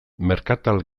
merkatal